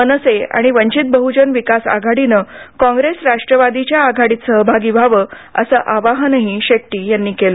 मनसे आणि वंचित बहुजन विकास आघाडीने काँग्रेस राष्ट्रवादीच्या आघाडीत सहभागी व्हावे असे आवाहनही शेट्टी यांनी केले